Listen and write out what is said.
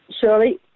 Shirley